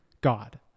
God